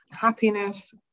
happiness